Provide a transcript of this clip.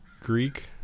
Greek